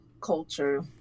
culture